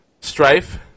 Strife